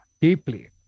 deeply